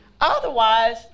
Otherwise